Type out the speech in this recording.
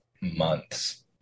months